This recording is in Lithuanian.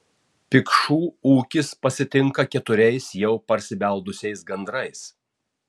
pikšų ūkis pasitinka keturiais jau parsibeldusiais gandrais